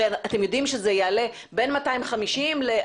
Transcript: אתם הרי יודעים שזה יעלה בין 250 ל-400,